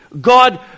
God